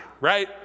right